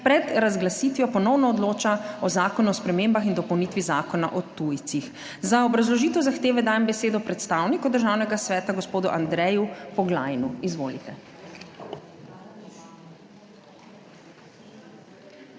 pred razglasitvijo ponovno odloča o Zakonu o spremembah in dopolnitvi Zakona o tujcih. Za obrazložitev zahteve dajem besedo predstavniku Državnega sveta, gospodu Andreju Poglajnu. Izvolite.